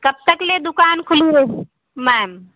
कब तक ले दुकान खुली रहेगी मैम